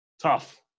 Tough